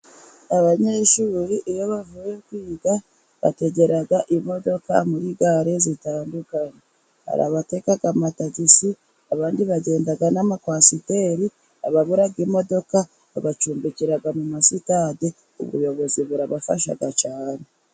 Abanyeshuri iyo bavuye kwiga bategera imodoka muri gare zitandukanye. Hari abatega amatagisi, abandi bagenda n'amakwasiteri, ababura imodoka babacumbikira mu masitade. Ubuyobozi burabafasha cyane.